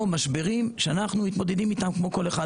או משברים שאנחנו מתמודדים איתם כמו כל אחד